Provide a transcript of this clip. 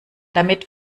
damit